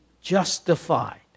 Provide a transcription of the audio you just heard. justified